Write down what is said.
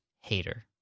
hater